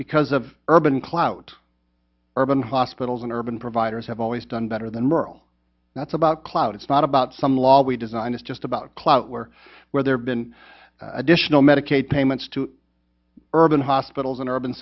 because of urban clout urban hospitals and urban providers have always done better than merle that's about cloud it's not about some law we design it's just about clout where where there have been additional medicaid payments to urban hospitals and urban